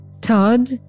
Todd